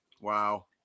Wow